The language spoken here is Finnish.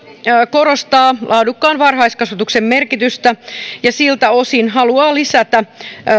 korostaa laadukkaan varhaiskasvatuksen merkitystä ja siltä osin haluaa lisätä